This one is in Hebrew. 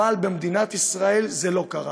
אבל במדינת ישראל זה לא קרה.